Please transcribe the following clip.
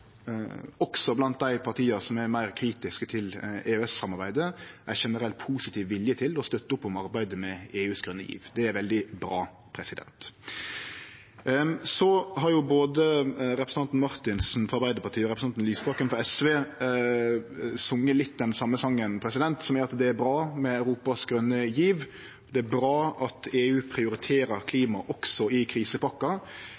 også blant dei partia som er meir kritiske til EØS-samarbeidet, ein generell positiv vilje til å støtte opp om arbeidet med EUs grøne giv. Det er veldig bra. Både representanten Marthinsen frå Arbeidarpartiet og representanten Lysbakken frå SV har sunge litt den same songen, som er at det er bra med Europas grøne giv, og at det er bra at EU prioriterer